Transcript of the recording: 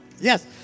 Yes